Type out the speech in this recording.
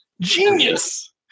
genius